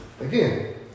Again